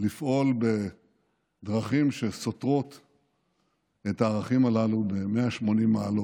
לפעול בדרכים שסותרות את הערכים הללו ב-180 מעלות.